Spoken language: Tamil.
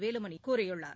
வேலுமணிகூறியுள்ளார்